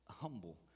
Humble